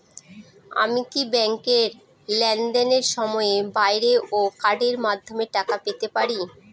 আমি কি ব্যাংকের লেনদেনের সময়ের বাইরেও কার্ডের মাধ্যমে টাকা পেতে পারি?